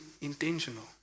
intentional